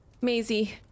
Maisie